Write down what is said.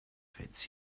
fits